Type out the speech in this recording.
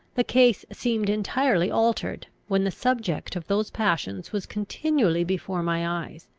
the case seemed entirely altered, when the subject of those passions was continually before my eyes,